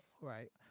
right